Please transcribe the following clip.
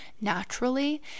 naturally